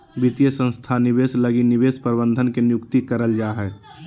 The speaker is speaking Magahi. वित्तीय संस्थान निवेश लगी निवेश प्रबंधक के नियुक्ति करल जा हय